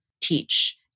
teach